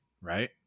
right